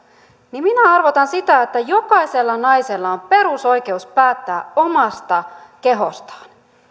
niin minä arvotan sen että jokaisella naisella on perusoikeus päättää omasta kehostaan